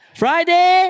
friday